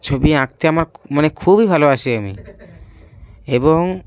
ছবি আঁকতে আমার মানে খুবই ভালোবাসি আমি এবং